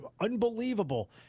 unbelievable